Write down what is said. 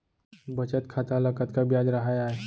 बचत खाता ल कतका ब्याज राहय आय?